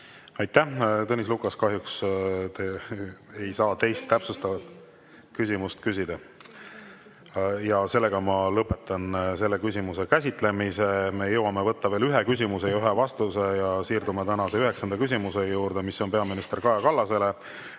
Aitäh! Tõnis Lukas, kahjuks te ei saa teist täpsustavat küsimust küsida. Lõpetan selle küsimuse käsitlemise. Me jõuame võtta veel ühe küsimuse ja ühe vastuse. Siirdume tänase üheksanda küsimuse juurde, mis on peaminister Kaja Kallasele.